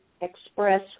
express